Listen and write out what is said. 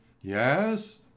Yes